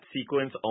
sequence